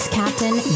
captain